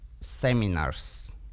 seminars